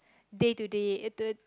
day to day uh the